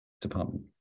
department